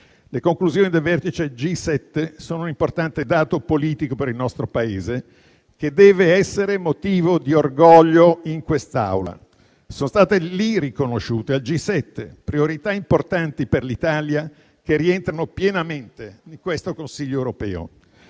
Le conclusioni del vertice G7 sono un importante dato politico per il nostro Paese, che deve essere motivo di orgoglio in quest'Aula. Al G7 sono state riconosciute priorità importanti per l'Italia, che rientrano pienamente in questo Consiglio europeo: